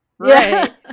Right